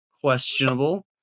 questionable